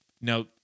Now